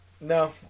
no